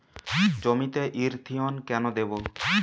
জমিতে ইরথিয়ন কেন দেবো?